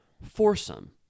foursome